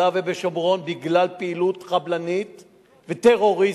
ושומרון בגלל פעילות חבלנית וטרוריסטית,